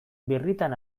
birritan